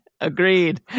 Agreed